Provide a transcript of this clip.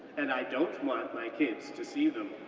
and i don't want my kids to see them,